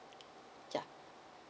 yeah